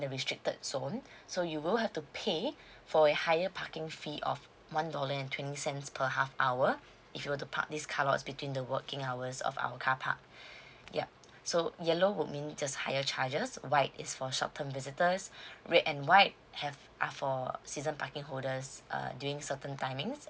the restricted zone so you will have to pay for a higher parking fee of one dollar and twenty cents per half hour if you were to park these car lots between the working hours of our carpark yup so yellow would mean just higher charges white is for short term visitors red and white have are for season parking holders err doing certain timing